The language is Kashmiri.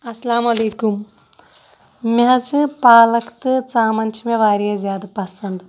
اَسلامُ علیکُم مےٚ حظ چھِ پالک تہٕ ژامَن چھِ مےٚ واریاہ زیادٕ پَسنٛد